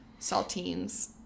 saltines